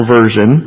Version